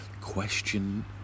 question